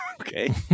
Okay